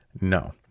No